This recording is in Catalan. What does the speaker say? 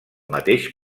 mateix